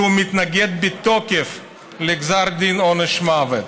שמתנגד בתוקף לגזר דין עונש מוות.